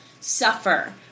suffer